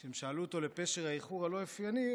כשהם שאלו אותו לפשר האיחור הלא-אופייני,